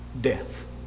death